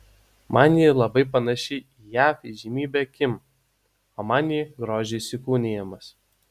man ji labai panaši į jav įžymybę kim o man ji grožio įsikūnijimas